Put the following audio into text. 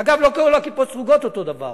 אגב, לא כל הכיפות הסרוגות אותו דבר.